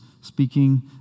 speaking